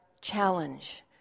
challenge